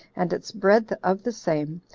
and its breadth of the same,